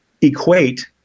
equate